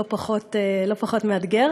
זה לא פחות מאתגר.